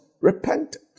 repented